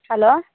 hello